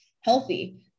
healthy